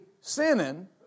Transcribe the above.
sinning